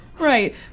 right